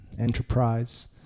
enterprise